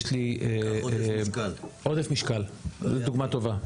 יש לי עודף משקל - זו דוגמה טובה.